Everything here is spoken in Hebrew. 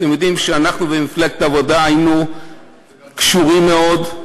אתם יודעים שאנחנו ומפלגת העבודה היינו קשורים מאוד,